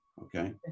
Okay